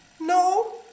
No